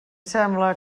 sembla